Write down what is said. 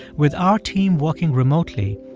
with our team working remotely,